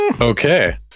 Okay